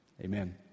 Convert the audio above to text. Amen